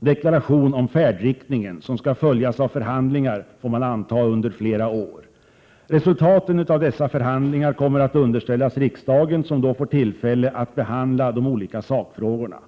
deklaration om färdriktningen som skall följas av förhandlingar, får man anta, under flera år. Resultaten av dessa förhandlingar kommer att underställas riksdagen, som då får tillfälle att behandla de olika sakfrågorna.